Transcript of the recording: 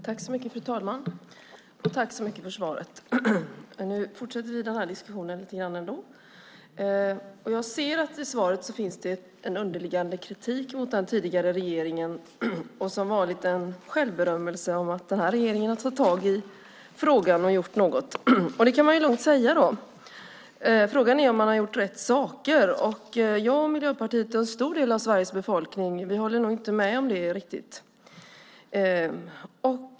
Fru talman! Tack för svaret! Nu fortsätter vi ändå denna diskussion lite grann. Jag ser att det i svaret finns en underliggande kritik mot den tidigare regeringen och, som vanligt, en självberömmelse att denna regering tagit tag i frågan och gjort något. Det kan man lugnt säga. Frågan är om man har gjort rätt saker, och jag, Miljöpartiet och en stor del av Sveriges befolkning håller nog inte riktigt med om det.